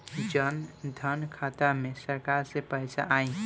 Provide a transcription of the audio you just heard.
जनधन खाता मे सरकार से पैसा आई?